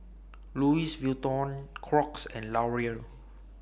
Louis Vuitton Crocs and Laurier